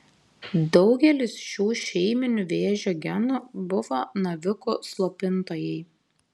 daugelis šių šeiminių vėžio genų buvo navikų slopintojai